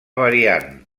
variant